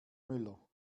müller